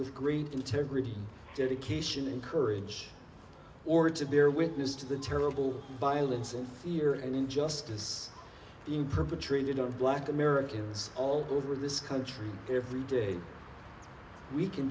with great integrity dedication and courage or to bear witness to the terrible violence and fear and injustice being perpetrated on black americans all over this country every day we can